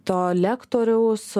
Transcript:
to lektoriaus